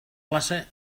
plaça